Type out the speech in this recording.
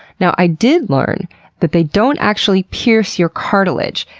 now i did learn that they don't actually pierce your cartilage.